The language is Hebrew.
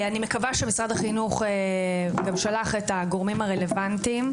אני מקווה שמשרד החינוך שלח את הגורמים הרלוונטיים,